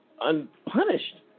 unpunished